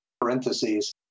parentheses